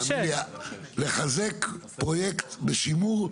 תאמין לי, לחזק פרויקט בשימור,